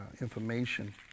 information